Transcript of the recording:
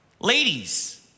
ladies